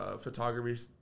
photography